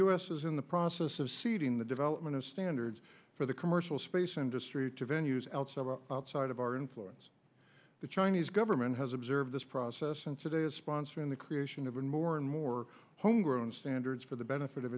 u s is in the process of seeding the development of stand for the commercial space industry to venue's outside side of our influence the chinese government has observed this process and today is sponsoring the creation of more and more homegrown standards for the benefit of